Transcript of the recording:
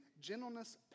gentleness